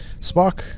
Spock